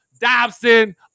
Dobson